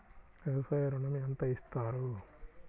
వ్యవసాయ ఋణం ఎంత ఇస్తారు?